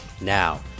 Now